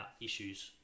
issues